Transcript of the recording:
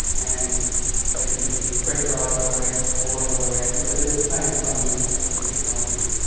and they can either be pressurised water reactors or boiling water reactors, but they're the same fundamental sort of technology.